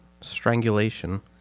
strangulation